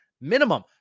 minimum